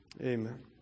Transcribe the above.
Amen